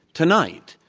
tonight,